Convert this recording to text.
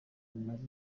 bimaze